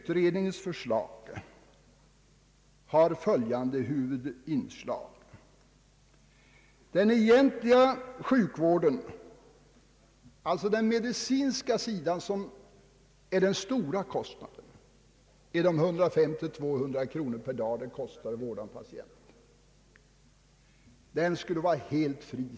Utredningens förslag har följande huvudinnehåll: Den egentliga sjukvården, det gäller alltså den medicinska sidan som drar de största kostnaderna, går på 150—200 kronor per dag. Denna vård skulle vara helt fri.